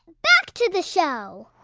back to the show